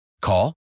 Call